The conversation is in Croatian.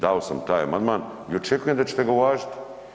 Dao sam taj amandman i očekujem da ćete ga vi uvažiti.